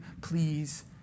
please